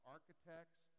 Architects